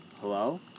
hello